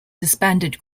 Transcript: disbanded